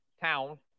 Town